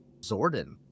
Zordon